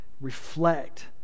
reflect